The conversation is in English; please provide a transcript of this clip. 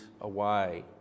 away